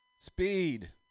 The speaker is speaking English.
Speed